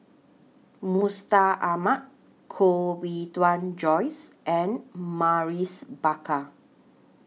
Mustaq Ahmad Koh Bee Tuan Joyce and Maurice Baker